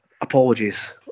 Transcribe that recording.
Apologies